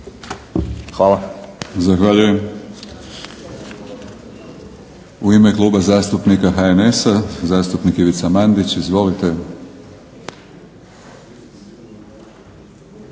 (HNS)** Zahvaljuje. U ime Kluba zastupnika HNS-a zastupnik Ivica Mandić. Izvolite.